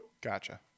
Gotcha